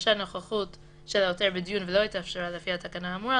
נדרשה נוכחותו של העותר בדיון ולא התאפשרה לפי התקנה האמורה,